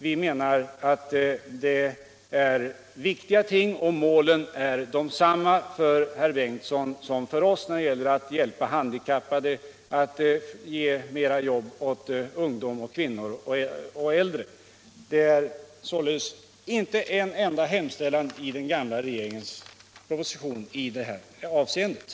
Vi anser att detta är viktiga ting. Vi har samma målsättning som herr Bengtsson när det gäller att hjälpa de handikappade och att ge mera jobb åt ungdom, kvinnor och äldre. Det finns således inte en enda hemställan i det här avseendet i den gamla regeringens proposition.